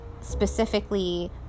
specifically